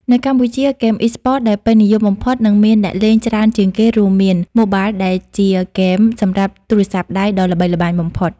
នៅកម្ពុជា ហ្គេមអុីស្ព័ត ដែលពេញនិយមបំផុត និងមានអ្នកលេងច្រើនជាងគេរួមមាន ម៉ូបាលដែលជាហ្គេម សម្រាប់ទូរសព្ទដៃដ៏ល្បីល្បាញបំផុត។